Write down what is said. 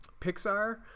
Pixar